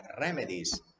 remedies